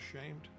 ashamed